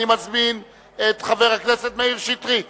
אני מזמין את חבר הכנסת מאיר שטרית